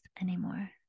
anymore